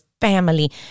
family